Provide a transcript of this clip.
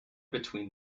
between